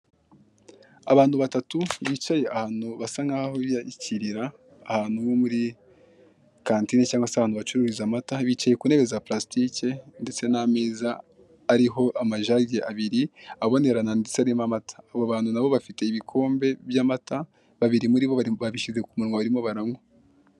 Abantu batatu bicaye ahantu basa nk'aho biyakiirira, ahantu nko muri kantine cyangwa se ahantu bacururiza amata bicaye ku ntebe za purasitike ndetse n'ameza ariho amajage abiri abonerana ndetse arimo amata, abo bantu n'abo bafite ibikombe by'amata, babiri muri bo babishyize ku munwa barimo baranywa.